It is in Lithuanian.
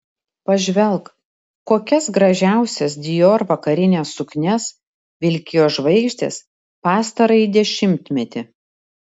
pažvelk kokias gražiausias dior vakarines suknias vilkėjo žvaigždės pastarąjį dešimtmetį